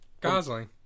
Gosling